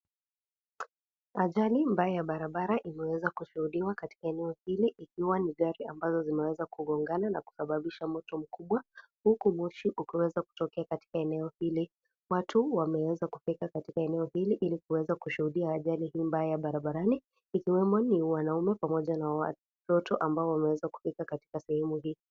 Ajali mbaya ta barabara ineweza kushuhudiwa katika ene hili ikiwa ni gari mawili zineweza kugongana na kushababisha moto mkubwa huku moshi ikawezakutokea eneo hili .watu wameweza kufika enei hili ili wawezekushuhudia ajali hii mbaya ya barabarani ikiwemo wanaume pamoja na wanawake ambao wameweza kufika katika eneo hii .